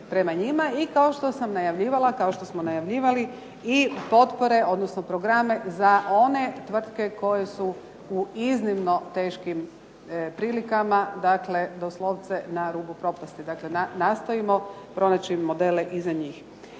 i kao što sam najavljivala, kao što smo najavljivali i potpore, odnosno programe za one tvrtke koje su u iznimno teškim prilikama, dakle doslovce na rubu propasti. Dakle, nastojimo pronaći modele i za njih.